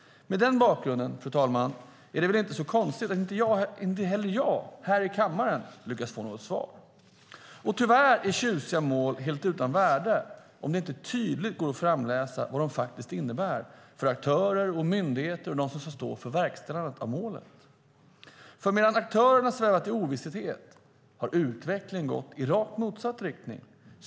Mot den bakgrunden, fru talman, är det väl inte så konstigt att inte heller jag här i kammaren har lyckats få något svar. Och tyvärr är tjusiga mål helt utan värde om det inte tydligt går att utläsa vad de faktiskt innebär för aktörer och myndigheter och för dem som ska stå för verkställandet av målen. Medan aktörerna har svävat i ovisshet har utvecklingen gått i rakt motsatt riktning.